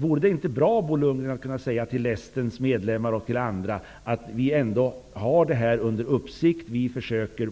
Vore det inte bra, Bo Lundgren, att till Lästens medlemmar och andra kunna säga att vi ändå har det här under uppsikt och att vi försöker